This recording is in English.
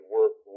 work